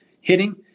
hitting